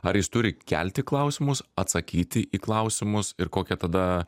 ar jis turi kelti klausimus atsakyti į klausimus ir kokia tada